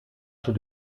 schon